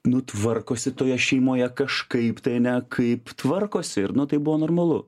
nu tvarkosi toje šeimoje kažkaip tai ne kaip tvarkosi ir nu tai buvo normalu